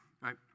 right